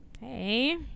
Hey